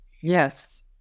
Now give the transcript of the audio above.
Yes